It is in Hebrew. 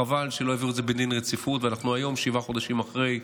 חבל שלא העבירו את זה בדין רציפות ואנחנו היום שבעה חודשים אחרי.